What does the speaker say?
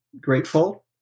grateful